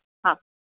हा